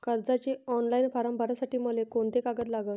कर्जाचे online form भरासाठी मले कोंते कागद लागन?